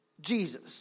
Jesus